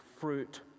fruit